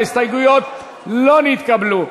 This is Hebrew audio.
ההסתייגויות לא נתקבלו.